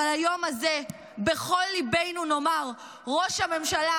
אבל היום הזה בכל ליבנו נאמר: ראש הממשלה,